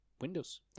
Windows